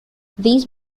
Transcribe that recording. these